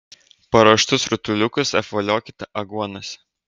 paruoštus rutuliukus apvoliokite aguonose